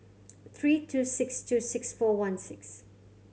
three two six two six four one six